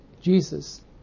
Jesus